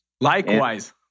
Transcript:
Likewise